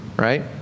Right